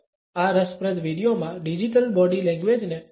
આ રસપ્રદ વીડિયોમાં ડિજિટલ બોડી લેંગ્વેજને સંક્ષિપ્તમાં સમજાવવામાં આવી છે